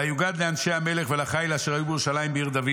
ויגד לאנשי המלך ולחיל אשר היו בירושלים בעיר דוד